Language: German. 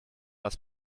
das